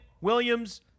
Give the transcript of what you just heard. Williams